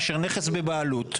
מאשר נכס בבעלות.